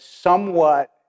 somewhat